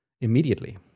immediately